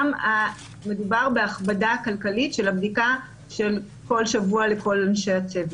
גם מדובר בהכבדה כלכלית של הבדיקה של כל שבוע לכל אנשי הצוות,